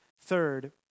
Third